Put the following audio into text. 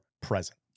present